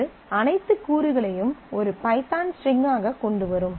இது அனைத்து கூறுகளையும் ஒரு பைதான் ஸ்ட்ரிங் ஆக கொண்டு வரும்